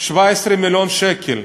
17 מיליון שקל,